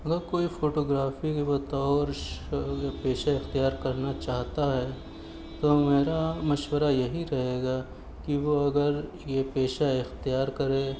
اگر کوئی photography کو بطور پیشہ اختیار کرنا چاہتا ہے تو میرا مشورہ یہی رہے گا کہ وہ اگر یہ پیشہ اختیار کرے